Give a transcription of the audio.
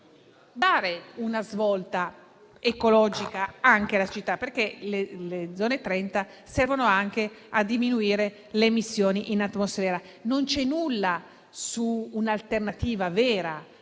dare una svolta ecologica anche alla città, perché le Zone 30 servono anche a diminuire le emissioni in atmosfera. Nel provvedimento non c'è nulla per un'alternativa vera